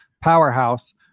Powerhouse